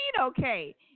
okay